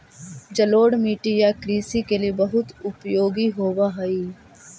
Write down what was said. जलोढ़ मिट्टी या कृषि के लिए बहुत उपयोगी होवअ हई